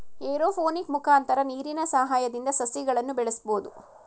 aeroponic ಮುಖಾಂತರ ನೀರಿನ ಸಹಾಯದಿಂದ ಸಸಿಗಳನ್ನು ಬೆಳಸ್ಬೋದು